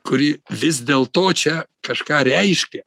kuri vis dėl to čia kažką reiškia